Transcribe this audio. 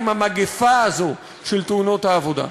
עם המגפה הזו של תאונות העבודה.